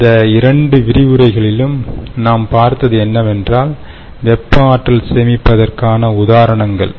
கடந்த இரண்டு விரிவுரைகளிலும் நாம் பார்த்தது என்னவென்றால் வெப்ப ஆற்றல் சேமிப்பிற்கான உதாரணங்கள்